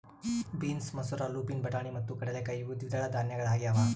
beans ಮಸೂರ lupin ಬಟಾಣಿ ಮತ್ತು ಕಡಲೆಕಾಯಿ ಇವು ದ್ವಿದಳ ಧಾನ್ಯಗಳಾಗ್ಯವ